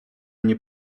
nie